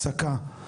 היא קיבלה נפקות.